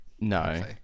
No